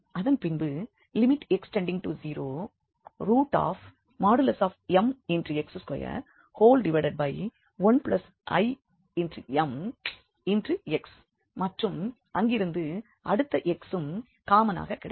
அதன்பின்பு x→0|mx2|1imx மற்றும் அங்கிருந்து அடுத்த x ம் காமனாக கிடைக்கும்